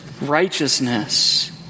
righteousness